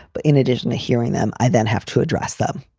but in addition to hearing them, i then have to address them.